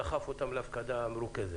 דחף אותם להפקדה מרוכזת,